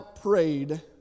prayed